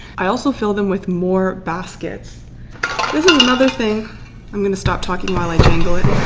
i also fill them with more baskets this is another thing i'm gonna stop talking while i jangle it.